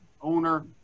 owner